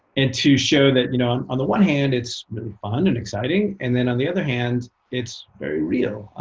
and to show that you know on on the one hand it's fun and exciting, and then on the other hand it's very real.